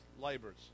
laborers